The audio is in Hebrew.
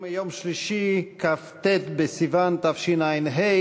חברי הכנסת, היום יום שלישי, כ"ט בסיוון התשע"ה,